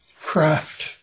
craft